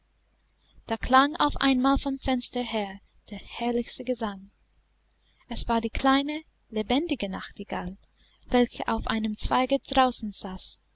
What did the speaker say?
da klang auf einmal vom fenster her der herrlichste gesang es war die kleine lebendige nachtigall welche auf einem zweige draußen saß